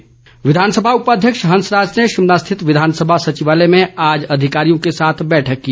हंसराज विधानसभा उपाध्यक्ष हंसराज ने शिमला स्थित विधानसभा सचिवालय में आज अधिकारियों के साथ बैठक की